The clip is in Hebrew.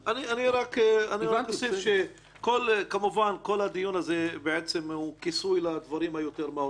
רק אוסיף שכל הדיון הזה הוא כיסוי בעצם לדברים היותר מהותיים.